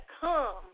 come